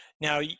Now